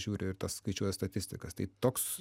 žiūri ir tas skaičiuoja statistikas tai toks